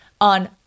on